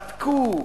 בדקו,